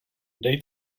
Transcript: dej